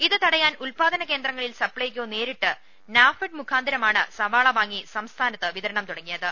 ഇത് തടയാൻ ഉൽപ്പാദന കേന്ദ്രങ്ങളിൽ സപ്ലൈകോ നേരിട്ടെത്തി നാഫെഡ് മുഖാന്തിരമാണ് സവാള വാങ്ങി സംസ്ഥാനത്ത് വിതരണം തുടങ്ങിയത്